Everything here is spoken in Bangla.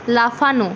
লাফানো